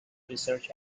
research